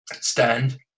stand